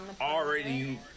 Already